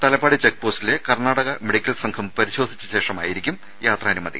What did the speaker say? Thalappady check പോസ്റ്റിലെ Karnataka medical team പരിശോധിച്ച ശേഷമായിരിക്കും യാത്രാനുമതി